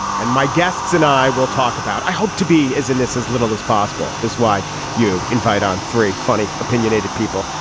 and my guests and i will talk about i hope to be as in this as little as possible. this why you invite on three funny opinionated people.